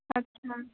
अच्छा